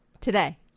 Today